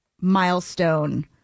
milestone